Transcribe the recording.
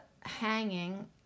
hanging